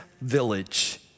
village